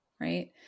right